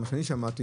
לפי מה שאני שמעתי,